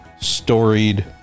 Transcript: storied